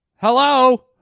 Hello